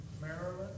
Maryland